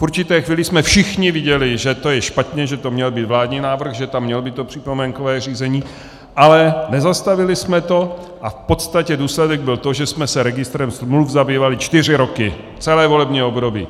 V určité chvíli jsme všichni viděli, že to je špatně, že to měl být vládní návrh, že tam mělo být to připomínkové řízení, ale nezastavili jsme to, a v podstatě důsledek byl ten, že jsme se registrem smluv zabývali čtyři roky, celé volební období.